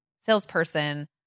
salesperson